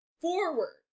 forward